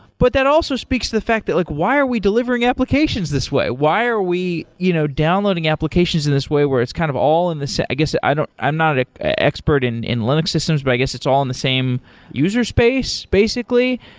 but that also speaks to the fact that like why are we delivering applications this way? why are we you know downloading applications in this way where it's kind of all in this i guess, i'm not an expert in in linux systems, but i guess it's all in the same user space basically.